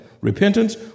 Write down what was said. repentance